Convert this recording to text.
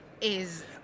is-